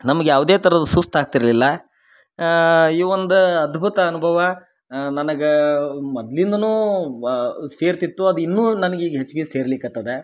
ನಮಗೆ ಯಾವುದೇ ಥರದ ಸುಸ್ತು ಆಗ್ತಿರಲಿಲ್ಲ ಈ ಒಂದು ಅದ್ಭುತ ಅನುಭವ ನನಗಾ ಮೊದಲಿಂದನೂ ಸೇರ್ತಿತ್ತು ಅದು ಇನ್ನು ನನ್ಗ ಈಗ ಹೆಚ್ಗೆ ಸೇರ್ಲಿಕತ್ತದ